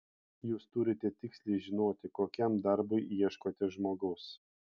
jūs turite tiksliai žinoti kokiam darbui ieškote žmogaus